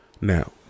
Now